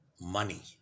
money